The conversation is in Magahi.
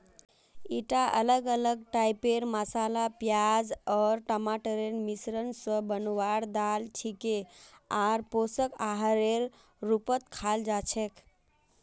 ईटा अलग अलग टाइपेर मसाला प्याज आर टमाटरेर मिश्रण स बनवार दाल छिके आर पोषक आहारेर रूपत खाल जा छेक